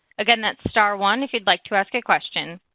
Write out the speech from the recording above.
again that's star one if you'd like to ask a question.